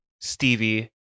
Stevie